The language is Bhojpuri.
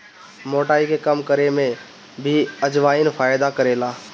मोटाई के कम करे में भी अजवाईन फायदा करेला